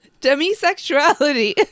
Demisexuality